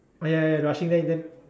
ah ya ya ya rushing there then